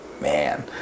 man